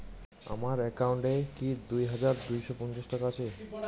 আমার অ্যাকাউন্ট এ কি দুই হাজার দুই শ পঞ্চাশ টাকা আছে?